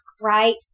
right